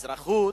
אזרחות,